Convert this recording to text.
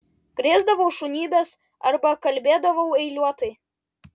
krėsdavau šunybes arba kalbėdavau eiliuotai